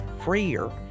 freer